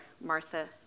Martha